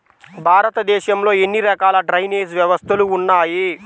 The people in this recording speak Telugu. భారతదేశంలో ఎన్ని రకాల డ్రైనేజ్ వ్యవస్థలు ఉన్నాయి?